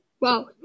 Wow